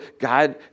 God